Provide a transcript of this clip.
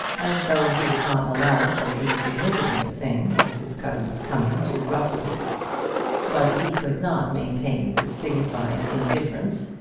as though he would not allow so insignificant a thing as his cousin's coming to ruffle him but he could not maintain this dignified indifference,